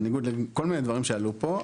בניגוד לכל מיני דברים שעלו פה.